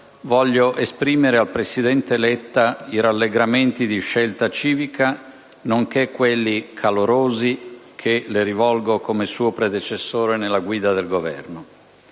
desidero esprimere al presidente Letta i rallegramenti di Scelta Civica, nonché quelli calorosi che gli rivolgo come suo predecessore nella guida del Governo.